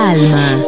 Alma